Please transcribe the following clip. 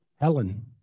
Helen